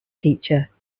teacher